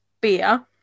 beer